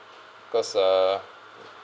because uh